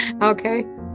okay